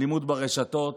אלימות ברשתות,